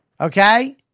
Okay